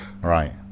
Right